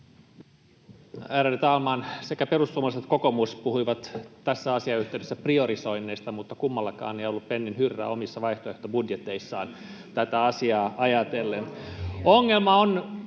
Ärade talman! Sekä perussuomalaiset että kokoomus puhuivat tässä asiayhteydessä priorisoinneista, mutta kummallakaan ei ollut pennin hyrrää omissa vaihtoehtobudjeteissaan tätä asiaa ajatellen. Ongelma on